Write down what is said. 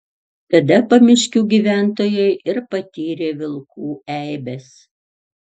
tada pamiškių gyventojai ir patyrė vilkų eibes